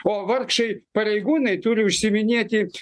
o vargšai pareigūnai turi užsiiminėti